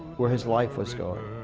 where his life was going.